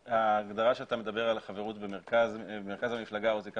ההגדרה שאתה מדבר על חברות במרכז המפלגה או זיקה